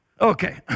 Okay